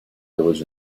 village